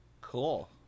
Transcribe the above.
Cool